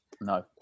No